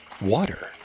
Water